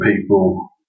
people